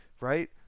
right